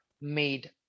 made